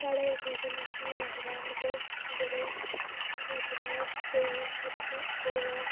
साढ़ा रिलिजन असें ई आखदा ऐ मतलब जेह्ड़े जि'यां कोई मतलब होऐ